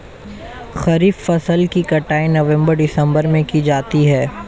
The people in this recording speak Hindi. खरीफ फसल की कटाई नवंबर दिसंबर में की जाती है